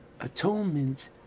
atonement